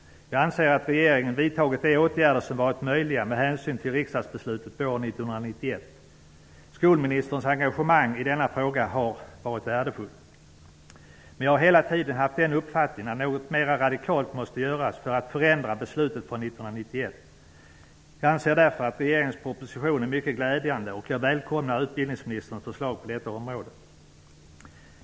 Jag anser att regeringen vidtagit de åtgärder som varit möjliga med hänsyn till riksdagsbeslutet våren 1991. Skolministerns engagemang i denna fråga har varit värdefull. Men jag har hela tiden haft den uppfattningen att något mera radikalt måste göras för att förändra beslutet från 1991. Jag anser därför att regeringens proposition är mycket glädjande och jag välkomnar utbildningsministerns förslag på detta område.